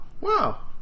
wow